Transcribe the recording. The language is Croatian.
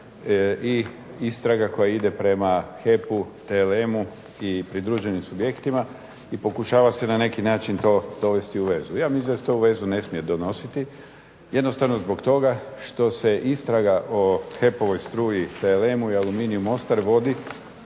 i istraga koja ide prema HEP-u, TLM-u i pridruženim subjektima i pokušava se na neki način to dovesti u vezu. Ja mislim da se to u vezu ne smije donositi jednostavno zbog toga što se istraga o HEP-ovoj struji TLM-u i Aluminiju Mostar vodi